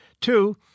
Two